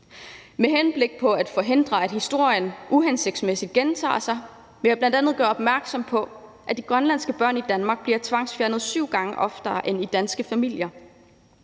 Med henblik på at forhindre, at historien uhensigtsmæssigt gentager sig, vil jeg bl.a. gøre opmærksom på, at de grønlandske børn i Danmark bliver tvangsfjernet syv gange oftere end i danske familier.